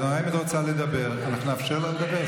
הנואמת רוצה לדבר, אנחנו נאפשר לה לדבר.